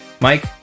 Mike